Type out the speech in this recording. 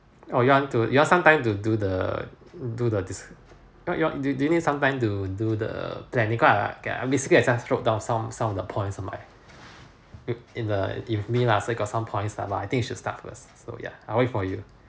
oh you want to you want some time to do the do the this your your do you do you need sometime to do the planning cause I I okay I basically I just wrote down some some of the points on my in the if me lah still got some points lah but I think you should start first so ya I wait for you